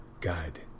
God